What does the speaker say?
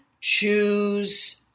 choose